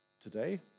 today